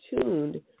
tuned